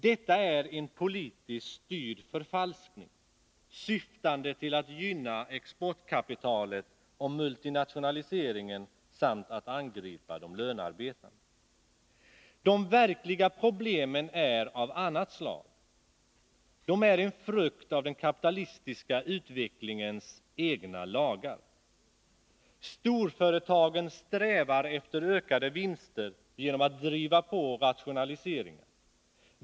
Detta är en politiskt styrd förfalskning, syftande till att gynna exportkapitalet och multinationaliseringen samt att angripa de lönarbetande. De verkliga problemen är av annat slag. De är en frukt av den kapitalistiska utvecklingens egna lagar. Storföretagen strävar efter ökade vinster och gör därför rationaliseringar.